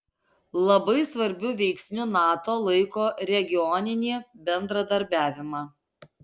labai svarbiu veiksniu nato laiko regioninį bendradarbiavimą